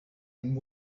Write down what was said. and